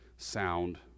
sound